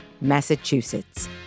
Massachusetts